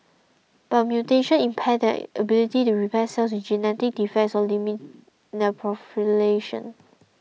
but mutations impair their ability to repair cells with genetic defects or limit their proliferation